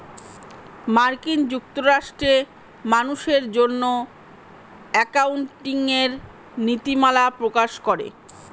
মার্কিন যুক্তরাষ্ট্রে মানুষের জন্য একাউন্টিঙের নীতিমালা প্রকাশ করে